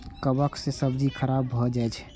कवक सं सब्जी खराब भए जाइ छै